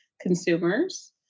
consumers